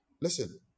Listen